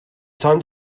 time